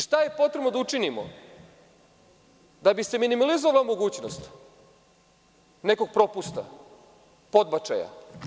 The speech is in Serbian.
Šta je potrebno da učinimo da bi se minimalizovala mogućnost nekog propusta, podbačaja?